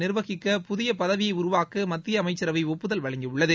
நிர்வகிக்க புதிய பதவியை உருவாக்க மத்திய அமைச்சரவை ஒப்புதல் வழங்கியுள்ளது